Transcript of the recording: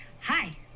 Hi